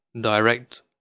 direct